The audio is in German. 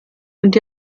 und